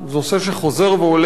נושא שחוזר ועולה,